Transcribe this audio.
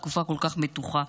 בתקופה כל כך מתוחה,